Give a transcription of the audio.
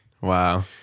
wow